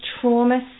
trauma